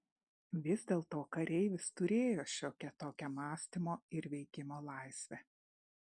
vis dėlto kareivis turėjo šiokią tokią mąstymo ir veikimo laisvę